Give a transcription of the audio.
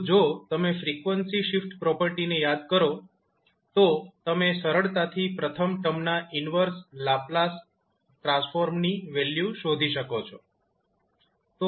તો જો તમે ફ્રીક્વન્સી શિફ્ટ પ્રોપર્ટીને યાદ કરો તો તમે સરળતાથી પ્રથમ ટર્મના ઈન્વર્સ લાપ્લાસ ટ્રાન્સફોર્મની વેલ્યુ શોધી શકો છો